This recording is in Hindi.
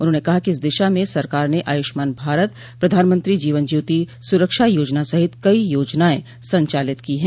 उन्होंने कहा कि इस दिशा में सरकार ने आयुष्मान भारत प्रधानमंत्री जीवन ज्योति सुरक्षा योजना सहित कई योजनाएं संचालित की है